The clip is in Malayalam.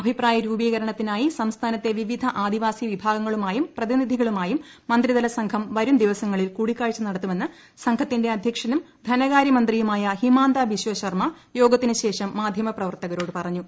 അഭിപ്രായ രൂപീകരണത്തിനായി സംസ്ഥാനത്തെ വിവിധ ആദിവാസി വിഭാഗങ്ങളുമായും പ്രതിനിധികളുമായും മന്ത്രിതല സംഘം വരും ദിവസങ്ങളിൽ കൂടിക്കാഴ്ച നടത്തുമെന്ന് സംഘത്തിന്റെ അധ്യക്ഷനും ധനകാര്യ മന്ത്രിയുമായ ഹിമാന്ത ബിശ്വ ശർമ്മ യോഗത്തിന് ശേഷം മാധ്യമ പ്രവർത്തകരോട് പറഞ്ഞു